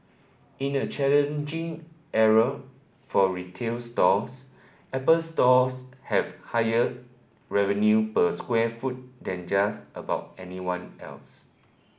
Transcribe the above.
in a challenging era for retail stores Apple Stores have higher revenue per square foot than just about anyone else